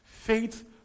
Faith